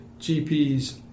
GPs